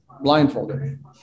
blindfolded